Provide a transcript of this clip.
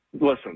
Listen